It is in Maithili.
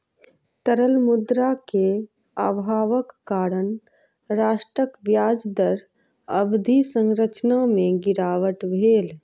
तरल मुद्रा के अभावक कारण राष्ट्रक ब्याज दर अवधि संरचना में गिरावट भेल